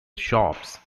shops